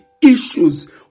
issues